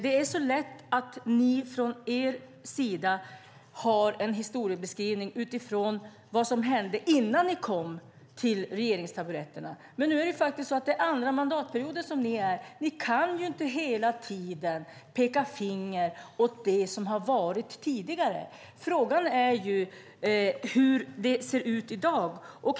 Det är lätt för er att göra en historieskrivning utifrån vad som hände innan ni kom till regeringstaburetterna. Men nu är det er andra mandatperiod, och ni kan inte hela tiden peka finger åt det som var tidigare. Frågan är hur det ser ut i dag.